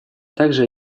также